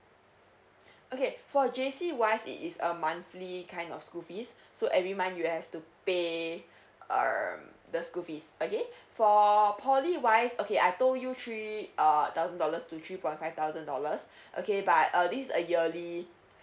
okay for J_C wise it is a monthly kind of school fees so every month you have to pay um the school fees okay for poly wise okay I told you three err thousand dollars to three point five thousand dollars okay but uh this is a yearly